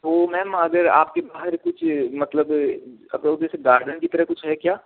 तो मेम अगर आप के बाहर कुछ मतलब अबाउट जैसे गार्डन की तरह कुछ है क्या